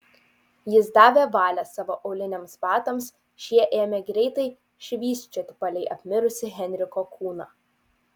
jis davė valią savo auliniams batams šie ėmė greitai švysčioti palei apmirusį henriko kūną